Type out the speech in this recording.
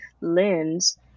lens